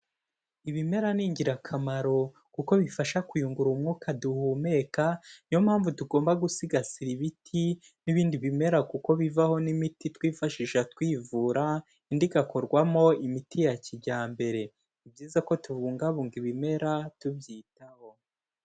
Ibimera ni ingirakamaro kuko bifasha kuyungurura umwuka duhumeka, niyo mpamvu tugomba gusigasira ibiti, n'ibindi bimera kuko bivaho n'imiti twifashisha twivura, indi igakorwamo imiti ya kijyambere, ni byiza ko tubungabunga ibimera tubyitaho.